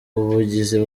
ubugizi